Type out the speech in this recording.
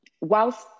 whilst